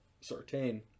Sartain